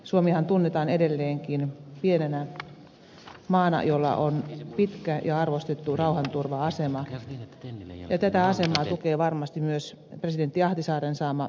suomihan tunnetaan edelleenkin pienenä maana jolla on pitkä ja arvostettu rauhanturva asema ja tätä asemaa tukee varmasti myös presidentti ahtisaaren saama rauhan nobel palkinto